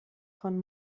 von